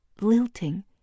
lilting